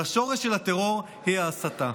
והשורש של הטרור הוא ההסתה,